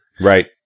Right